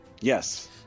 Yes